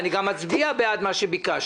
אני גם אצביע בעד מה שביקשתם,